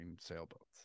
sailboats